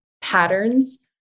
patterns